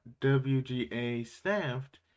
WGA-staffed